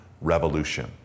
revolution